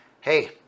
Hey